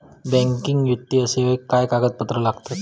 Banking वित्तीय सेवाक काय कागदपत्र लागतत?